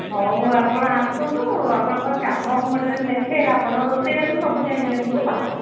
ହଉ ଆପଣ ଆସନ୍ତୁ ଆପଣଙ୍କ କାମ ମୁଁ ଗୋଟେ ଦିନ ଦେଖେ ଆପଣ ରୋଷେଇବାସ ସବୁ ଜାଣିଛନ୍ତି ତ